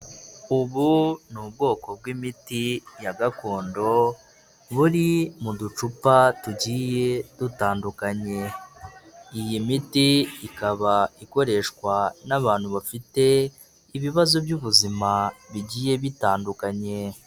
Ubu ni ubwoko bw'imiti ya gakondo buri mu ducupa tugiye dutandukanye, iyi miti ikaba ikoreshwa n'abantu bafite ibibazo by'ubuzima bigiye bitandukanye.